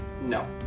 No